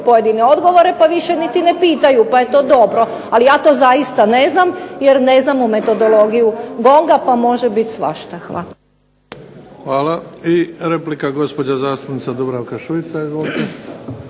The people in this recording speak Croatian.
pojedine odgovore pa više niti ne pitaju pa je to dobro, ali ja to zaista ne znam jer ne znam metodologiju GONG-a pa može biti svašta. Hvala. **Bebić, Luka (HDZ)** I replika gospođa zastupnica Dubravka Šuica.